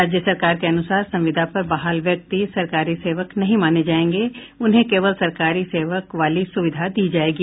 राज्य सरकार के अनुसार संविदा पर बहाल व्यक्ति सरकारी सेवक नहीं माने जायेंगे उन्हें केवल सरकारी सेवक वाली सुविधा दी जायेगी